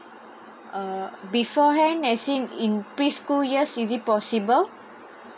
uh beforehand as in in preschool years is it possible